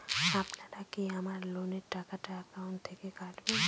আপনারা কি আমার এই লোনের টাকাটা একাউন্ট থেকে কাটবেন?